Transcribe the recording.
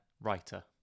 writer